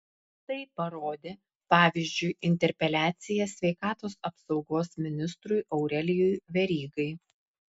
tai parodė pavyzdžiui interpeliacija sveikatos apsaugos ministrui aurelijui verygai